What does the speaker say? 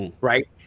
right